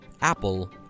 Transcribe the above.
Apple